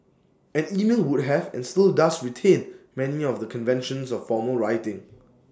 and email would have and still does retain many of the conventions of formal writing